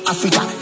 Africa